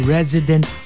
Resident